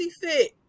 fit